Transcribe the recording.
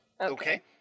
okay